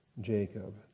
Jacob